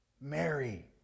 Mary